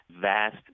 vast